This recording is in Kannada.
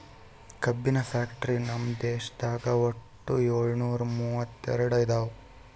ಕಬ್ಬಿನ್ ಫ್ಯಾಕ್ಟರಿ ನಮ್ ದೇಶದಾಗ್ ವಟ್ಟ್ ಯೋಳ್ನೂರಾ ಮೂವತ್ತೆರಡು ಅದಾವ್